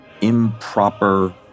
improper